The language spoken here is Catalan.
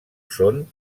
són